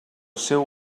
seu